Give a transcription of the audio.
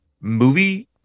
movie